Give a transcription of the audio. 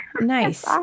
Nice